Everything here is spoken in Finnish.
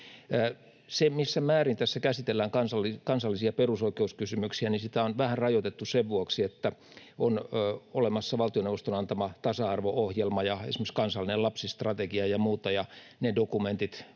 Sitä, missä määrin tässä käsitellään kansallisia perusoikeuskysymyksiä, on vähän rajoitettu sen vuoksi, että on olemassa valtioneuvoston antama tasa-arvo-ohjelma ja esimerkiksi kansallinen lapsistrategia ja muuta. Ne dokumentit